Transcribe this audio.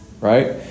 right